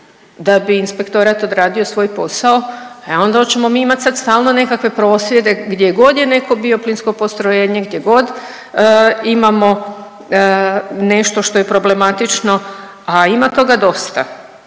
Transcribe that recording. da bi inspektorat odradio svoj posao e onda oćemo mi imat sad stalno nekakve prosvjede gdje god je neko bioplinsko postrojenje, gdje god imamo nešto što je problematično, a ima toga dosta.